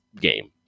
game